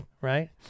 right